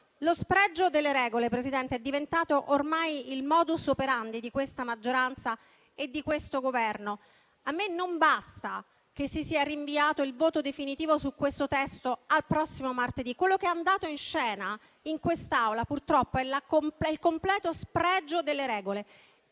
lo spregio delle regole, Presidente, è diventato ormai il *modus operandi* di questa maggioranza e di questo Governo. A me non basta che si sia rinviato il voto definitivo su questo testo al prossimo martedì. Quello che è andato in scena in quest'Aula, purtroppo, è il completo spregio delle regole.